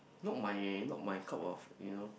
not my not my cup of you know